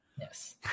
yes